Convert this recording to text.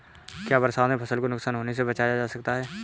क्या बरसात में फसल को नुकसान होने से बचाया जा सकता है?